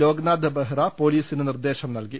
ലോക്നാഥ് ബെഹ്റ പൊലീസിന് നിർദ്ദേശം നൽകി